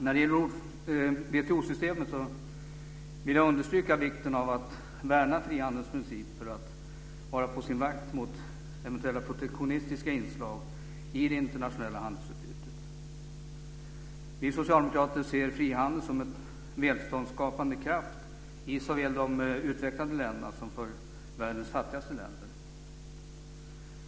När det gäller WTO-systemet vill jag understryka vikten av att värna frihandelns principer och att vara på sin vakt mot eventuella protektionistiska inslag i det internationella handelsutbytet. Vi socialdemokrater ser frihandeln som en välståndsskapande kraft i såväl de utvecklade länderna som i världens fattigaste länder.